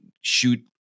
shoot